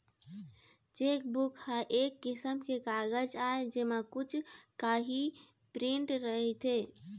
chequebook ह एक किसम के कागज आय जेमा कुछ काही प्रिंट रहिथे